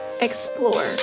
explore